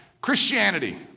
Christianity